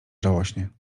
żałośnie